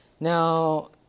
Now